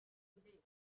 today